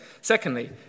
Secondly